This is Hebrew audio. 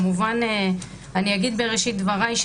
אני אגיד בראשית דבריי,